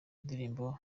indirimbo